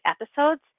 episodes